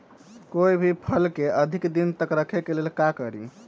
कोई भी फल के अधिक दिन तक रखे के लेल का करी?